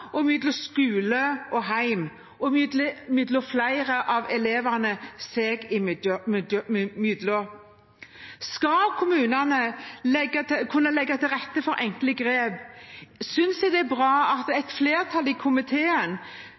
skole og hjem og mellom flere av elevene seg imellom. Skal kommunene kunne legge til rette for enkle grep, synes jeg det er bra at et flertall i komiteen